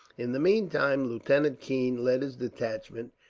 in the meantime, lieutenant keene led his detachment,